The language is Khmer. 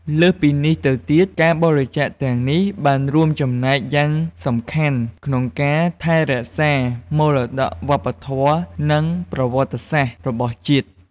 លើសពីនេះទៅទៀត ការបរិច្ចាគទាំងនេះបានរួមចំណែកយ៉ាងសំខាន់ក្នុងការ ថែរក្សាមរតកវប្បធម៌ និងប្រវត្តិសាស្ត្រ របស់ជាតិ។